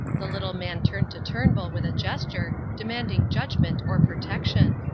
the little man turned to turnbull with a gesture, demanding judgement or protection.